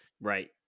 right